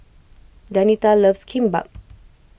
Danita loves Kimbap